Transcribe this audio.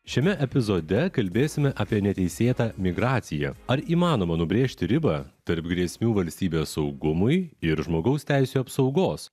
šiame epizode kalbėsime apie neteisėtą migraciją ar įmanoma nubrėžti ribą tarp grėsmių valstybės saugumui ir žmogaus teisių apsaugos